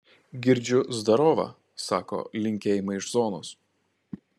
girdžiu zdarova sako linkėjimai iš zonos